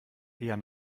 eher